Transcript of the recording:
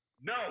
No